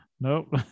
Nope